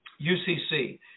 UCC